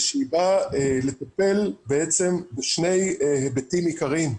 הצעת החוק באה לטפל בשני היבטים עיקריים.